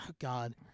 god